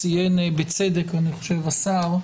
ציין בצדק השר,